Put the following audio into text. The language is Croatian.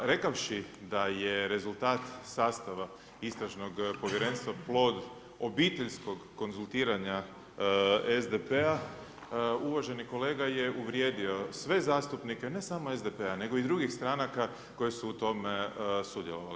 Rekavši da je rezultat sastava Istražnog povjerenstva plod obiteljskog konzultiranja SDP-a uvaženi kolega je uvrijedio sve zastupnike ne samo SDP-a nego i drugih stranaka koje su u tome sudjelovale.